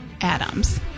Adams